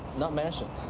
not mentioned.